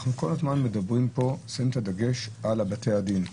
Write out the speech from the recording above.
שאנחנו כל הזמן שמים פה את הדגש על בתי הדין,